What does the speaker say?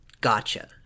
Gotcha